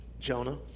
Jonah